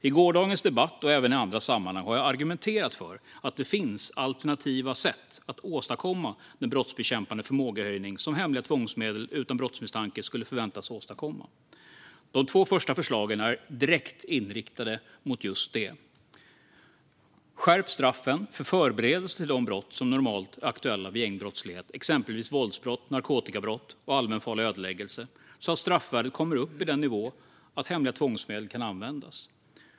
I gårdagens debatt, och även i andra sammanhang, har jag argumenterat för att det finns alternativa sätt att åstadkomma den brottsbekämpande förmågehöjning som hemliga tvångsmedel utan brottsmisstanke skulle förväntas åstadkomma. De två första förslagen är direkt inriktade mot just detta. Det första är att skärpa straffen för förberedelse till de brott som normalt är aktuella vid gängbrottslighet, exempelvis våldsbrott, narkotikabrott och allmänfarlig ödeläggelse, så att straffvärdet kommer upp i den nivå att hemliga tvångsmedel kan användas.